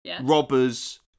robbers